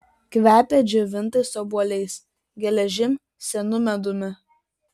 kvepia džiovintais obuoliais geležim senu medumi